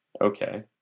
Okay